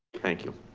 thank you.